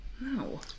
No